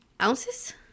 ounces